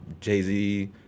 jay-z